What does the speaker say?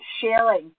sharing